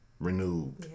Renewed